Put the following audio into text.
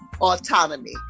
autonomy